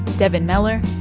devin mellor.